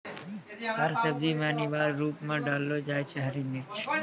हर सब्जी मॅ अनिवार्य रूप सॅ डाललो जाय छै हरी मिर्च